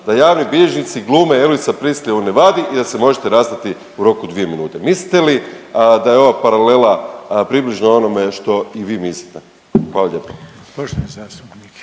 da javni bilježnici glume Elvisa Preslya u Nevadi i da se možete rastati u roku od dvije minute. Mislite li da je ova paralela približna onome što i vi mislite? Hvala lijepo.